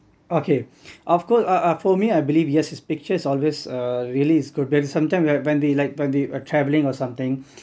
okay of course uh uh for me I believe yes pictures always uh really is good some time when they like when they are travelling or something